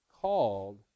called